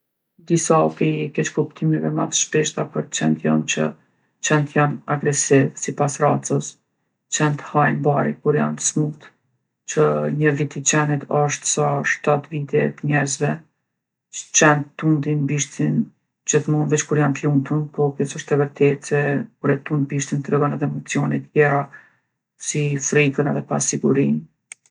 Disa pi keqkuptimeve ma t'shpeshta për qentë jon që qentë janë agresiv sipas racës, qentë hajnë bari kur janë t'smut, që nji vit i qenit osht sa shtatë vite t'njerzve, qentë tundin bishtin gjithmonë veç kur janë t'lumtun, po kjo s'osht e vërtet se kur e tund bishtin tregon edhe emocione tjera si frigën edhe pasigurinë.